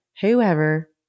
whoever